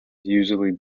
usually